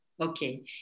Okay